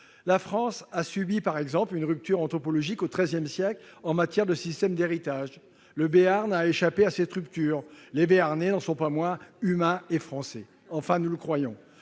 La France a subi, par exemple, une rupture anthropologique au XIII siècle en matière de système d'héritage. Le Béarn a échappé à cette rupture, les Béarnais n'en sont pas moins humains et français »- enfin, je le crois.